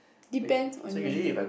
depends on your mood